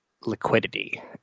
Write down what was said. liquidity